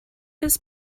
his